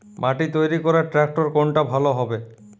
মাটি তৈরি করার ট্রাক্টর কোনটা ভালো হবে?